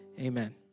amen